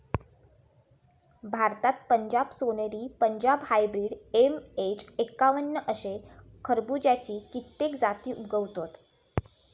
भारतात पंजाब सोनेरी, Punjab hybrid, MH एक्कावन्न अशे खरबुज्याची कित्येक जाती उगवतत